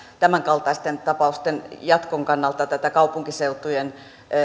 tämänkaltaisten tapausten jatkon kannalta tätä kaupunkiseutujen